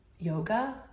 yoga